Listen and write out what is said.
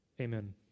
Amen